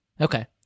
Okay